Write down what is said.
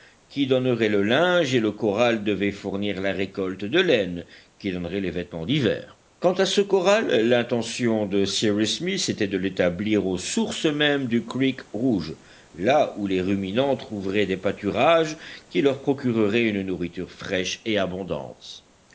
qui donnerait le linge et le corral devait fournir la récolte de laine qui donnerait les vêtements d'hiver quant à ce corral l'intention de cyrus smith était de l'établir aux sources mêmes du creek rouge là où les ruminants trouveraient des pâturages qui leur procureraient une nourriture fraîche et abondante